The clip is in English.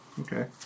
Okay